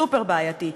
סופר-בעייתי.